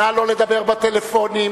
נא לא לדבר בטלפונים.